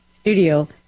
studio